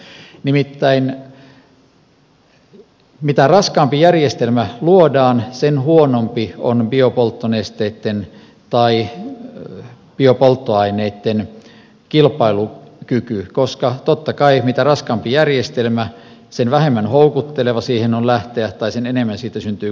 nimittäin mitä raskaampi järjestelmä luodaan sen huonompi on biopolttonesteitten tai biopolttoaineitten kilpailukyky koska totta kai mitä raskaampi järjestelmä sen vähemmän houkutteleva siihen on lähteä tai sen enemmän siitä syntyy kustannuksia